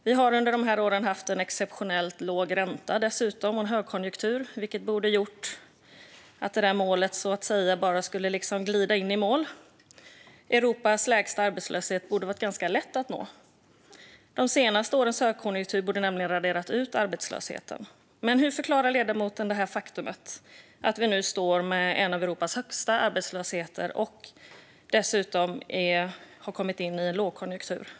Vi har under de här åren haft exceptionellt låg ränta och dessutom högkonjunktur. Det borde ha gjort att det målet så att säga bara skulle glida in i mål. Europas lägsta arbetslöshet borde ha varit ganska lätt att nå. De senaste årens högkonjunktur borde ha raderat ut arbetslösheten. Hur förklarar ledamoten det faktum att vi nu står med en arbetslöshet som tillhör Europas högsta och dessutom har kommit in i en lågkonjunktur?